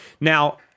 Now